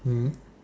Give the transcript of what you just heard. mm